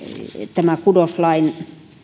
tämä kudoslain